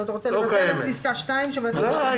פסקה (2)